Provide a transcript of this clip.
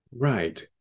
Right